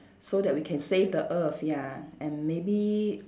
so that we can save the earth ya and maybe